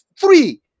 Three